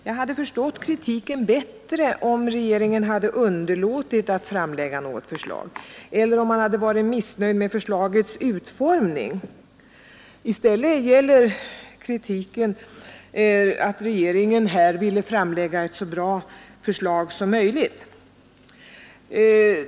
Jag hade förstått kritiken bättre om regeringen hade underlåtit att framlägga något förslag eller om man hade varit missnöjd med förslagets utformning. I stället gäller kritiken att regeringen har velat framlägga ett så bra förslag som möjligt.